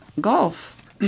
Golf